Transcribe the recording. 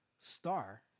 star